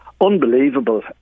Unbelievable